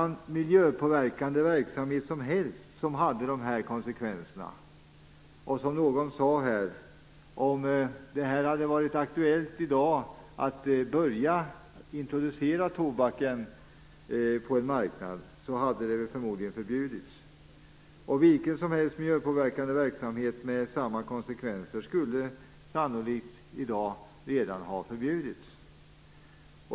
Någon sade här: Om det hade varit aktuellt i dag att börja introducera tobaken på en marknad hade den förmodligen förbjudits. Vilken annan miljöpåverkande verksamhet som helst med dessa konsekvenser skulle sannolikt redan ha förbjudits.